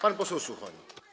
Pan poseł Suchoń.